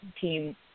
team